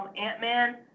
ant-man